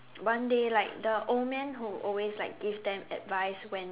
one day like the old man who always like gave them advice when